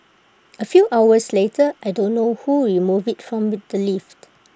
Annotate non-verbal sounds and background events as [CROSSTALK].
A few hours later I don't know who removed IT from [NOISE] the lift